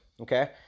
okay